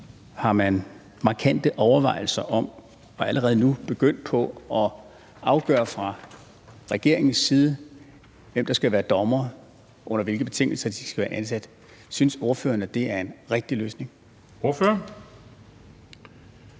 har man markante overvejelser – man er allerede nu begyndt på det – i forhold til at afgøre fra regeringens side, hvem der skal være dommere, og under hvilke betingelser de skal være ansat. Synes ordføreren, at det er en rigtig løsning? Kl.